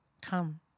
Come